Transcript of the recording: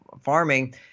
farming